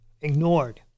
ignored